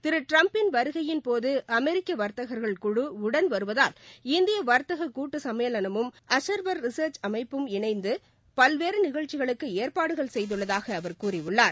திரு ட்டிரம்பின் வருகையின்போது அமெரிக்க வர்த்தகர்கள் குழு உடன் வருவதால் இந்திய வாத்தக கூட்டு சம்மேளமும் அசா்வா் ரிசா்ச் அமைப்பும் இணைந்து பல்வேறு நிகழ்ச்சிகளுக்கு ஏற்பாடுகள் செய்துள்ளதாக அவர் கூறியுள்ளார்